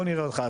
בואו נראה אותך,